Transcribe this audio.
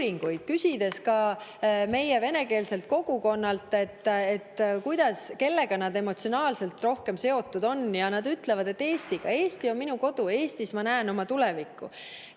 küsides ka meie venekeelselt kogukonnalt, kellega nad emotsionaalselt rohkem seotud on. Nad ütlevad, et Eestiga: Eesti on minu kodu, Eestis ma näen oma tulevikku.